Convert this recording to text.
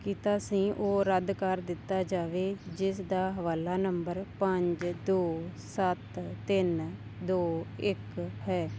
ਕੀਤਾ ਸੀ ਉਹ ਰੱਦ ਕਰ ਦਿੱਤਾ ਜਾਵੇ ਜਿਸ ਦਾ ਹਵਾਲਾ ਨੰਬਰ ਪੰਜ ਦੋ ਸੱਤ ਤਿੰਨ ਦੋ ਇੱਕ ਹੈ